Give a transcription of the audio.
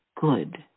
good